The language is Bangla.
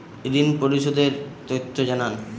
ঋন পরিশোধ এর তথ্য জানান